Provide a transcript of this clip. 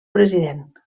president